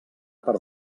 per